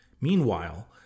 Meanwhile